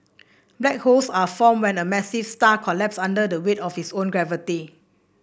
black holes are formed when a massive star collapses under the weight of its own gravity